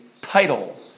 title